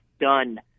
done